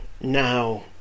now